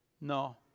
no